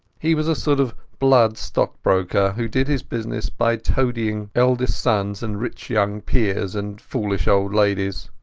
he was a sort of blood stockbroker, who did his business by toadying eldest sons and rich young peers and foolish old ladies.